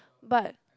but